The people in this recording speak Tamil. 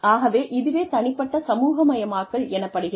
ஆகவே இதுவே தனிப்பட்ட சமூகமயமாக்கல் எனப்படுகிறது